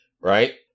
right